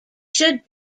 should